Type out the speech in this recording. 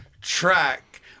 track